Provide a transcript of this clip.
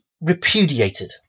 repudiated